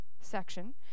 section